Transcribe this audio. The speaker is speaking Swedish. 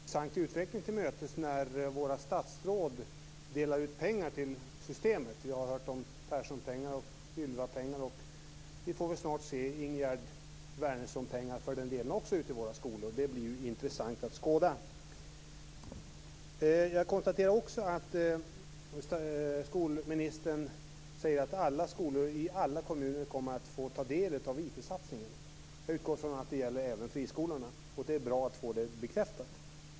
Fru talman! Vi går en demokratiskt intressant utveckling till mötes när våra statsråd delar ut pengar till verksamheter. Vi har hört talas om Perssonpengar och om Ylvapengar, och vi får väl snart se också Ingegerd Wärnersson-pengar i våra skolor. Det blir intressant att skåda. Skolministern säger att alla skolor i alla kommuner kommer att få ta del av IT-satsningen. Jag utgår från att det gäller även friskolorna, och det är bra att få det bekräftat.